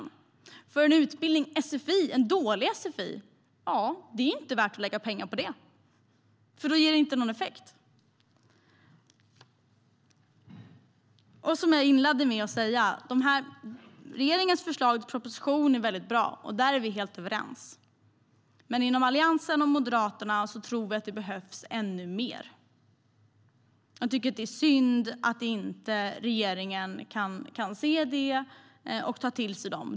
En dålig sfi-utbildning är ju inget som är värt att lägga pengarna på, för det ger ingen effekt. Som jag inledde med att säga: Regeringens förslag till proposition är väldigt bra, och där är vi helt överens. Men inom Alliansen och Moderaterna tror vi alltså att det behövs ännu mer och tycker att det är synd att inte regeringen kan se det och ta det till sig.